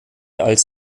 als